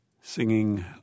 singing